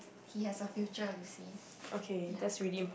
he has a future you see